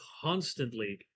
constantly